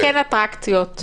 אין אטרקציות.